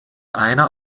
einer